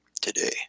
today